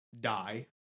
die